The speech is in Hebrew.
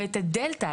ואת הדלתא,